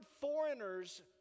foreigners